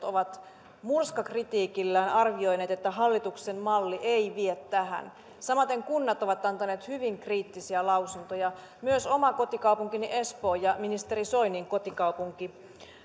ovat murskakritiikillään arvioineet että hallituksen malli ei vie näihin samaten kunnat ovat antaneet hyvin kriittisiä lausuntoja myös oma kotikaupunkini ja ministeri soinin kotikaupunki espoo